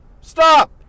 Stop